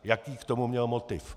Jaký k tomu měl motiv.